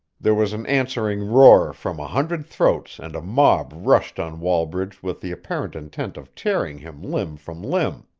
there was an answering roar from a hundred throats and a mob rushed on wallbridge with the apparent intent of tearing him limb from limb.